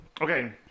Okay